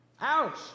Ouch